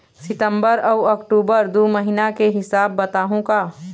सितंबर अऊ अक्टूबर दू महीना के हिसाब बताहुं का?